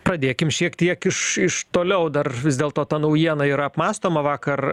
pradėkim šiek tiek iš iš toliau dar vis dėlto ta naujiena yra apmąstoma vakar